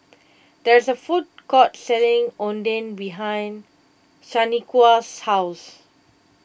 there is a food court selling Oden behind Shaniqua's house